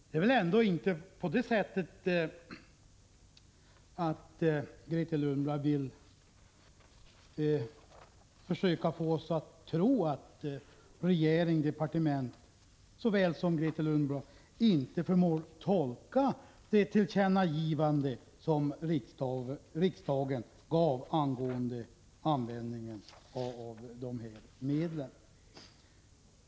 Det är väl ändå inte på det sättet att Grethe Lundblad vill försöka få oss att tro att regeringen och departementet samt Grethe Lundblad själv inte förmår tolka det tillkännagivande som riksdagen gav regeringen angående användningen av de här pengarna?